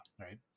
right